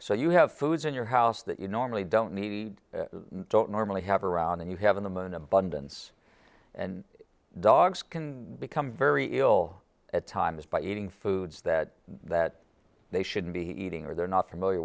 so you have foods in your house that you normally don't need don't normally have around and you have in them an abundance and dogs can become very ill at times by eating foods that that they shouldn't be eating or they're not familiar